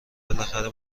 بالاخره